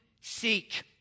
seek